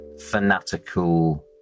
fanatical